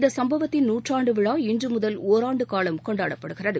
இந்தசம்பவத்தின் நூற்றாண்டுவிழா இன்றுமுதல் ஒராண்டுகாலம் கொண்டாடப்படுகிறது